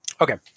okay